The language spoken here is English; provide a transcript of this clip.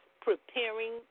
preparing